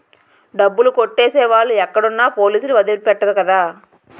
డబ్బులు కొట్టేసే వాళ్ళు ఎక్కడున్నా పోలీసులు వదిలి పెట్టరు కదా